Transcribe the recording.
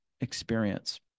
experience